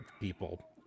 people